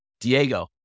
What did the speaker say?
Diego